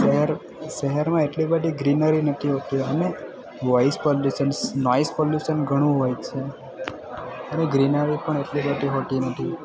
શહેર શહેરમાં એટલી બધી ગ્રીનરી નથી હોતી અને વોઇસ પોલ્યુશન નોઈસ પોલ્યુશન ઘણું હોય છે અને ગ્રીનરી પણ એટલી બધી હોતી નથી